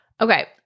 Okay